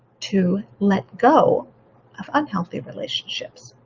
to let go of unhealthy relationships.